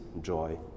joy